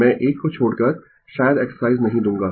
मैं एक को छोड़कर शायद एक्सरसाइज नहीं दूंगा